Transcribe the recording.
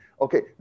okay